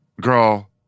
Girl